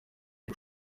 iri